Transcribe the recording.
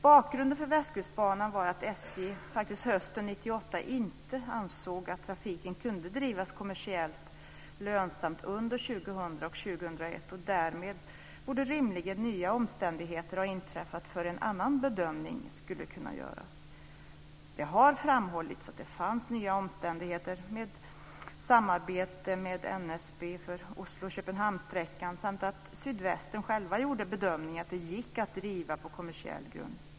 Bakgrunden för Västkustbanan var ju att SJ hösten 1998 faktiskt inte ansåg att trafiken kunde drivas kommersiellt lönsamt under 2000 och 2001. Därmed borde rimligen nya omständigheter ha inträffat för att en annan bedömning skulle kunna göras. Det har framhållits att det fanns nya omständigheter i och med ett samarbete med NSB för sträckan Oslo-Köpenhamn samt att Sydvästen själva gjorde bedömningen att det gick att driva detta på kommersiell grund.